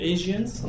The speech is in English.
Asians